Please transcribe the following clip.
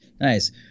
Nice